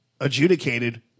adjudicated